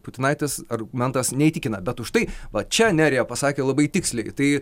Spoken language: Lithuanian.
putinaitės argumentas neįtikina bet užtai va čia nerija pasakė labai tiksliai tai